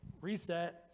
reset